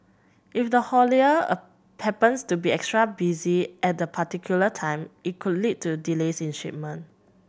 if the haulie happens to be extra busy at that particular time it could lead to delays in shipment